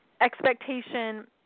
expectation